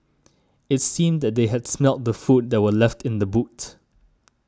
it seemed that they had smelt the food that were left in the boot